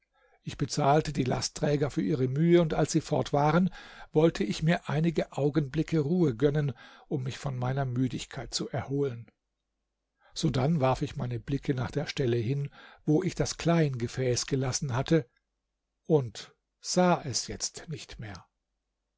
ich bezahlte die lastträger für ihre mühe und als sie fort waren wollte ich mir einige augenblicke ruhe gönnen um mich von meiner müdigkeit zu erholen sodann warf ich meine blicke nach der stelle hin wo ich das kleiengefäß gelassen hatte und sah es jetzt nicht mehr